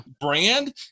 brand